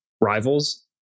rivals